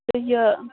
تہٕ یہِ